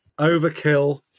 Overkill